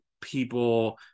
people